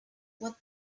what